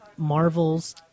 marvel's